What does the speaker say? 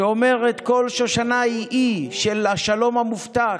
שאומרת: "כל שושנה היא אי / של השלום המֻבטח,